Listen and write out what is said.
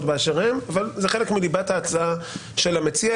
באשר הן אבל זה חלק מליבת ההצעה של המציע,